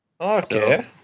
Okay